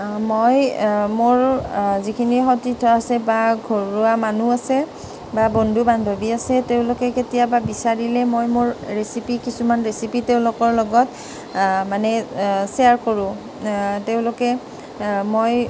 মই মোৰ যিখিনি সতীৰ্থ আছে বা ঘৰুৱা মানুহ আছে বা বন্ধু বান্ধৱী আছে তেওঁলোকে কেতিয়াবা বিচাৰিলে মই মোৰ ৰেচিপি কিছুমান ৰেচিপি তেওঁলোকৰ লগত মানে শ্বেয়াৰ কৰোঁ তেওঁলোকে মই